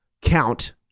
count